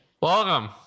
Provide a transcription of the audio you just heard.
Welcome